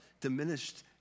diminished